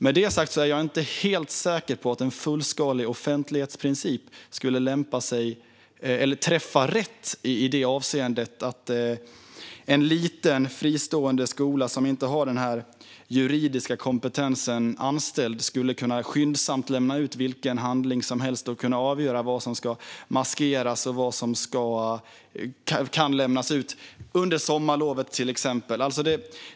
Med det sagt är jag inte helt säker på att en fullskalig offentlighetsprincip skulle träffa rätt i det avseendet att en liten fristående skola som inte har den juridiska kompetensen anställd skyndsamt skulle kunna lämna ut vilken handling som helst och kunna avgöra vad som ska maskeras och vad som kan lämnas ut, till exempel under sommarlovet.